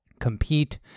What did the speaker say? compete